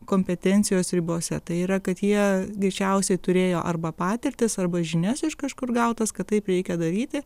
kompetencijos ribose tai yra kad jie greičiausiai turėjo arba patirtis arba žinias iš kažkur gautas kad taip reikia daryti